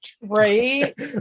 right